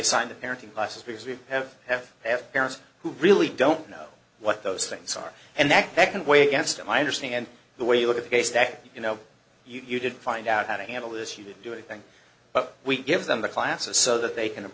assign the parenting classes because we have have they have parents who really don't know what those things are and that second way against them i understand the way you look at the case that you know you didn't find out how to handle this you didn't do anything but we give them the classes so that they can